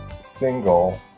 single